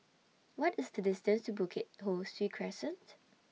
What IS The distance to Bukit Ho Swee Crescent